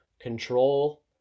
control